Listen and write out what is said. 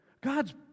God's